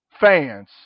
fans